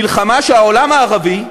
מלחמה שהעולם הערבי,